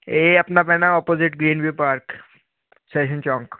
ਇਹ ਆਪਣਾ ਪੈਣਾ ਓਪੋਜ਼ਿਟ ਵੀ ਐੱਨ ਵੀ ਪਾਰਕ ਸਟੇਸ਼ਨ ਚੌਂਕ